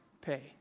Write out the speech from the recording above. pay